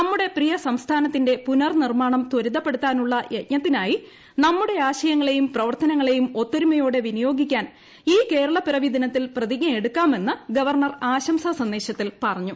നമ്മുടെ പ്രിയ സംസ്ഥാനത്തിന്റെ പുനർനിർമാണം ത്വരിതപ്പെടുത്താനുള്ള യജ്ഞത്തിനായി നമ്മുടെ ആശയങ്ങളെയും പ്രവർത്തനങ്ങളെയും ഒത്തൊരുമയോടെ വിനിയോഗിക്കാൻ ഈ കേരളപ്പിറവിദിനത്തിൽ പ്രതിജ്ഞയെടുക്കാമെന്ന് ഗവർണർ ആശംസ സന്ദേശത്തിൽ പറഞ്ഞു